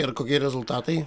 ir kokie rezultatai